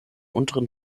unteren